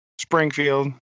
springfield